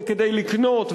וכדי לקנות,